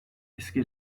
eski